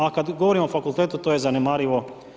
A kada govorimo o fakultetu to je zanemarivo.